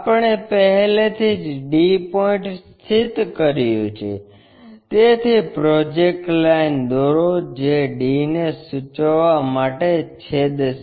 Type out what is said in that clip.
આપણે પહેલેથી જ d પોઇન્ટ સ્થિત કર્યું છે તેથી પ્રોજેક્ટર લાઇન દોરો જે d ને સૂચવવા માટે છેદશે